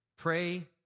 Pray